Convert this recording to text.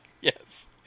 yes